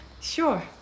Sure